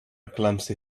clumsy